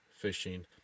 fishing